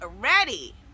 ready